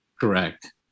Correct